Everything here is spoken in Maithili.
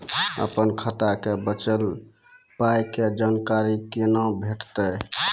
अपन खाताक बचल पायक जानकारी कूना भेटतै?